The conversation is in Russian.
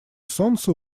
солнца